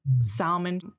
salmon